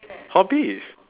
hobbies